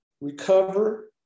recover